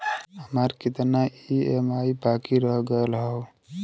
हमार कितना ई ई.एम.आई बाकी रह गइल हौ?